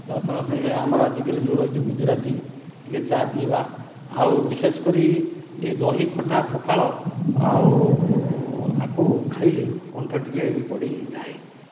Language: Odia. ତ ସଙ୍ଗେ ସଙ୍ଗେ ଆମର ଆଜିକାଲି ଯେଉଁ ରହିଛି ଗୁଜୁରାତି ଟିକେ ଚା ପିଇବା ଆଉ ବିଶେଷ କରି ଏହି ଦହି ଖଟା ପଖାଳ ଆଉ ଏହାକୁ ଖାଇଲେ କଣ୍ଠ ଟିକେ ବି ପଡ଼ିଯାଏ